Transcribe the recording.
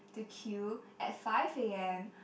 to queue at five a_m